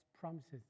promises